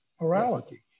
morality